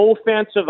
offensive